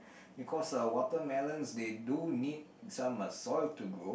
because uh watermelons they do need some uh soil to grow